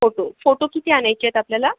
photo photo किती आणायचे आहेत आपल्याला